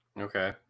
Okay